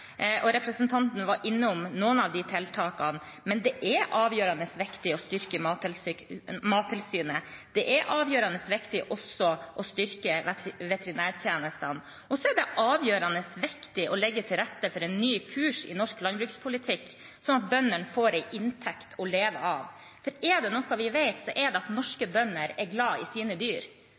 Representanten var innom noen av tiltakene, men det er avgjørende viktig å styrke Mattilsynet. Det er avgjørende viktig også å styrke veterinærtjenestene. Og det er avgjørende viktig å legge til rette for en ny kurs i norsk landbrukspolitikk, slik at bøndene får en inntekt å leve av. Er det noe vi vet, er det at norske bønder er glad i sine dyr.